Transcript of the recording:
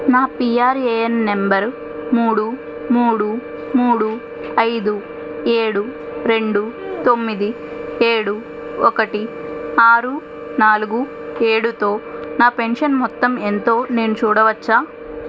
నా PRAN number మూడు మూడు మూడు ఐదు ఏడు రెండు తొమ్మిది ఏడు ఒకటి ఆరు నాలుగు ఏడుతో నా పెన్షన్ మొత్తం ఎంతో నేను చూడవచ్చా